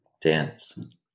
dance